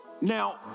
Now